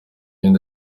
cyane